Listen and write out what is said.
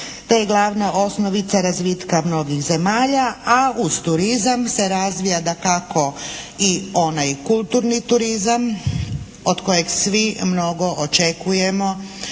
te je glavna osnovica razvitka mnogih zemalja, a uz turizam se razvija dakako i onaj kulturni turizam od kojeg svi mnogo očekujemo